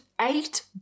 eight